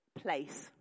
place